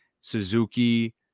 Suzuki